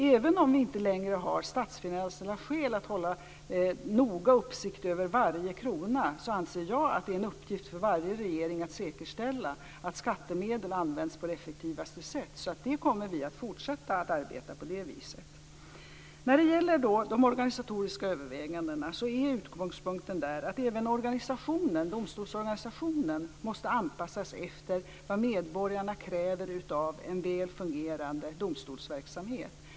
Även om vi inte längre har statsfinansiella skäl att noga hålla uppsikt över varje krona anser jag att det är en uppgift för varje regering att säkerställa att skattemedel används på effektivaste sätt. Vi kommer att fortsätta att arbeta på det viset. När det gäller de organisatoriska övervägandena är utgångspunkten att även domstolsorganisationen måste anpassas efter vad medborgarna kräver utav en väl fungerande domstolsverksamhet.